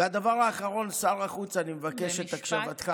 והדבר האחרון, שר החוץ, אני מבקש את הקשבתך.